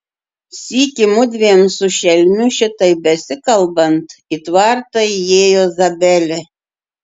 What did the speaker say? sykį mudviem su šelmiu šitaip besikalbant į tvartą įėjo zabelė